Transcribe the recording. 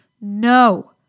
No